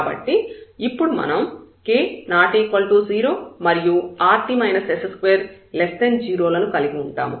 కాబట్టి ఇప్పుడు మనం k ≠0 మరియు rt s20 లను కలిగి ఉంటాము